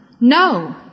No